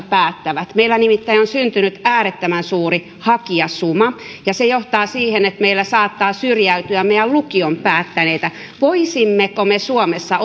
päättävät meillä nimittäin on syntynyt äärettömän suuri hakijasuma ja se johtaa siihen että meillä saattaa syrjäytyä lukion päättäneitä voisimmeko me suomessa